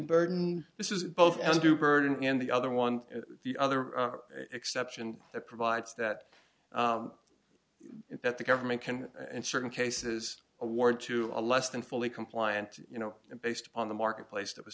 burden this is both andrew burden and the other one the other exception that provides that that the government can and certain cases award to a less than fully compliant you know based upon the marketplace that was